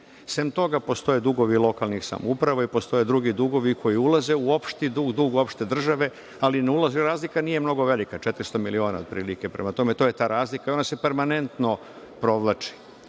Sem toga, postoje dugovi lokalnih samouprava, postoje i drugi dugovi koji ulaze u opšti dug, dug opšte države, ali razlika nije mnogo velika, 400 miliona otprilike. Prema tome, to je ta razlika i ona se permanentno provlači.